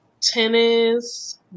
tennis